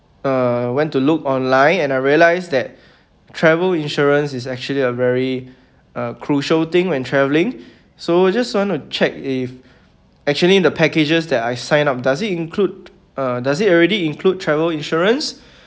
uh went to look online and I realised that travel insurance is actually a very uh crucial thing when traveling so just want to check if actually in the packages that I sign up does it include uh does it already include travel insurance